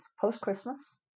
post-Christmas